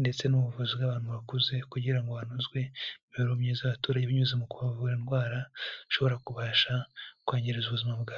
ndetse n'ubuvuzi bw'abantu bakuze, kugira ngo hanozwe imibereho myiza y'abaturage binyuze mu kubavura indwara zishobora kubasha kubangiriza ubuzima bwabo.